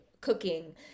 cooking